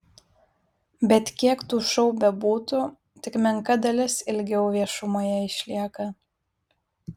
bet kiek tų šou bebūtų tik menka dalis ilgiau viešumoje išlieka